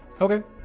Okay